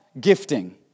gifting